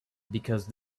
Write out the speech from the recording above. because